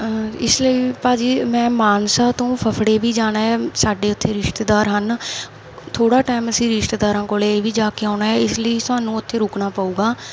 ਇਸ ਲਈ ਭਾਅ ਜੀ ਮੈਂ ਮਾਨਸਾ ਤੋਂ ਫਫੜੇ ਵੀ ਜਾਣਾ ਹੈ ਸਾਡੇ ਉੱਥੇ ਰਿਸ਼ਤੇਦਾਰ ਹਨ ਥੋੜ੍ਹਾ ਟੈਮ ਅਸੀਂ ਰਿਸ਼ਤੇਦਾਰਾਂ ਕੋਲ ਵੀ ਜਾ ਕੇ ਆਉਣਾ ਹੈ ਇਸ ਲਈ ਸਾਨੂੰ ਉੱਥੇ ਰੁਕਣਾ ਪਊਗਾ